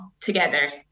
together